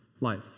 life